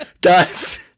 guys